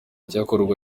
icyakora